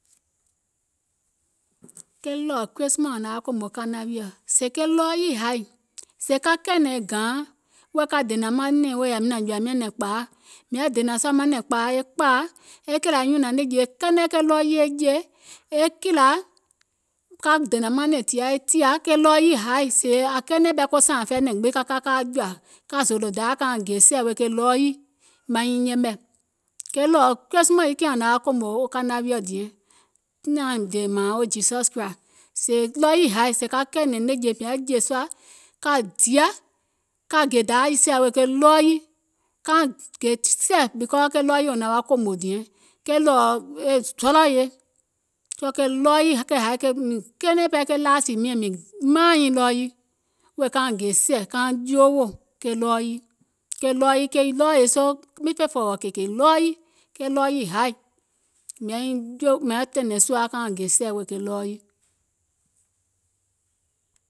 Ke ɗɔ̀ɔ̀ christmas ȧŋ naŋ wa kòmò kana wiɔ̀, sèè ke ɗɔɔ yii haì, sèè ka kɛ̀ɛ̀nɛ̀ŋ gȧȧaŋ wèè ka dènȧŋ manɛ̀ŋ wèè yȧwi nȧȧŋ jɔ̀ȧim nyàŋ nɛ̀ŋ kpȧa, mìŋ yaȧ dènȧŋ sùȧ manɛ̀ŋ e kpȧȧ e kìlȧ e nyùnȧŋ nɛ̀ŋje kɛnɛ ke ɗɔɔ yii e jè, e kìlȧ ka dènȧŋ manɛ̀ŋ tìa e tìȧ, ke ɗɔɔ yii haì sèè ȧŋ kɛɛnɛ̀ŋ ɓɛɛ sȧȧŋ fɛi ɓɛ̀ gbiŋ ka ka kaa jɔ̀ȧ ka zòòlò Dayȧ kauŋ gè sɛ̀ wèè ke ɗɔɔ yii maŋ nyiŋ yɛmɛ̀. Ke ɗɔ̀ɔ̀ christmas yii kiŋ ȧŋ naŋ wa kòmò kana wiɔ̀ diɛŋ, e nyaȧiŋ dè mȧȧŋ wo jesus christ, sèè ɗɔɔ yii haì sèè ka kɛ̀ɛ̀nɛ̀ŋ nɛ̀ŋje mìŋ yaȧ jè sùà ka dià, ka gè Dayȧ e sɛ̀ wèè ke ɗɔɔ yii, kauŋ gè e sɛ̀, because ke ɗɔɔ yii wò naŋ wa kòmò diɛŋ, ke ɗɔ̀ɔ̀ e zɔlɔ̀ ye, soo ke ɗɔɔ yii ke haì mìŋ kɛɛnɛ̀ŋ ɓɛɛ ke lȧȧsì miɛ̀ŋ mìŋ maȧŋ nyìŋ ɗɔɔ yii, wèè kauŋ gè sɛ̀ kauŋ joowò ke ɗɔɔ yii, ke ɗɔɔ yii ke ɗɔɔ ye soo miŋ fè fɔ̀ɔ̀wɔ̀ kèè kè ɗɔɔ yii, ke ɗɔɔ yii haì mìŋ yȧauŋ tɛ̀nɛ̀ŋ sùȧ kauŋ gè sɛ̀ wèè ke ɗɔɔ yii.